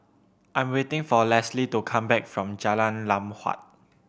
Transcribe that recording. I am waiting for Leslee to come back from Jalan Lam Huat